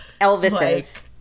Elvises